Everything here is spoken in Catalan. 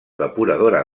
depuradora